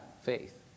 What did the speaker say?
faith